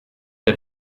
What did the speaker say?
der